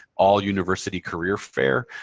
all university career fair.